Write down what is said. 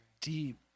deep